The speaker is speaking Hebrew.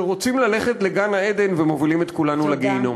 שרוצים ללכת לגן-עדן ומובילים את כולנו לגיהינום.